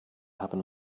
happen